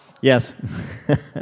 Yes